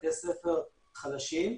לבתי ספר חלשים,